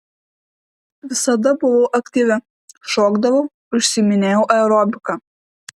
visada buvau aktyvi šokdavau užsiiminėjau aerobika